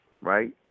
right